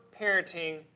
parenting